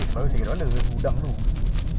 tiga kanan kau tunjuk side